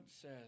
says